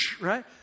Right